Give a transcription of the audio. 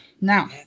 Now